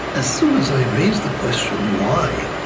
as soon as i raise the question why,